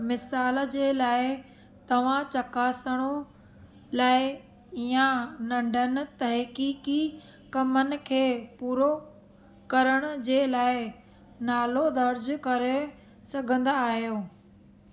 मिसाल जे लाइ तव्हां चकासणो लाइ या नंढनि तहकीकी कमनि खे पूरो करण जे लाइ नालो दर्ज करे सघंदा आहियो